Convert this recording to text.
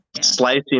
slicing